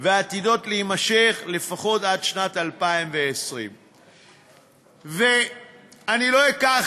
והוא עתיד להימשך לפחות עד שנת 2020. לא אקח,